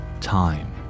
time